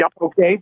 Okay